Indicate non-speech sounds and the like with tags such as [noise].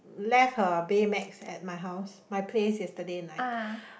left her Baymax at my house my place yesterday night [breath]